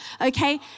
okay